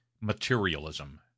materialism